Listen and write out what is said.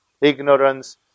Ignorance